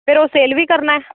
ਫਿਰ ਉਹ ਸੇਲ ਵੀ ਕਰਨਾ